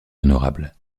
honorable